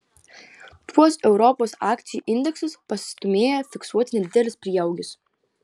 tuos europos akcijų indeksus pastūmėjo fiksuoti nedidelius prieaugius